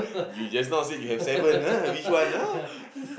you just now said you have seven ah which one ah